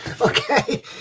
Okay